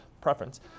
preference